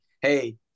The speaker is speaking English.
hey